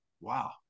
wow